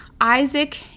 Isaac